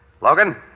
Logan